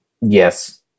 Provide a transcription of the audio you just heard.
Yes